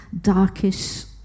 darkish